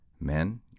Men